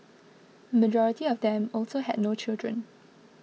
majority of them also had no children